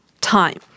time